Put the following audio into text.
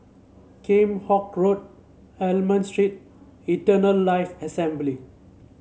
Kheam Hock Road Almond Street Eternal Life Assembly